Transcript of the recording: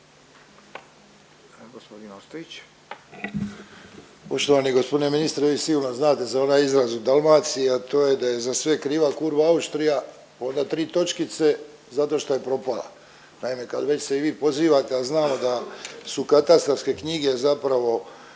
Poštovani gospodine ministre vi sigurno znate za onaj izraz u Dalmaciji, a to je da je za sve kriva kurva Austrija, onda tri točkice zato što je propala. Naime kad već se i vi pozivate, a znamo da su katastarske knjige zapravo